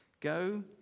Go